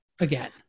again